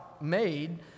made